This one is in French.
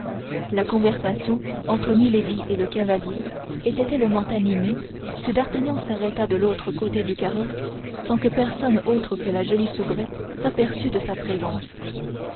la conversation entre milady et le cavalier était tellement animée que d'artagnan s'arrêta de l'autre côté du carrosse sans que personne autre que la jolie soubrette s'aperçût de sa présence